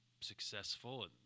successful